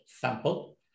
sample